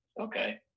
okay